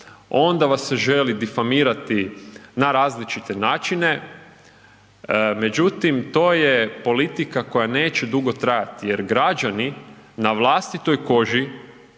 onda vas se želi difamirati na različite načine, međutim to je politika koja neće dugo trajati jer građani na vlastitoj koži